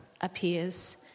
appears